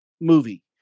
movie